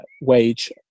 wage